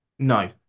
No